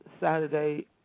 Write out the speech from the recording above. Saturday